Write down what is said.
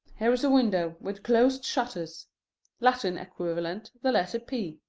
here is a window with closed shutters latin equivalent, the letter p.